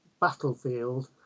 battlefield